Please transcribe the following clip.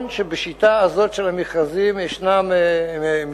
שבשיטה הזאת של המכרזים יש כמה מגבלות,